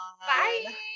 Bye